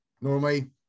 Normally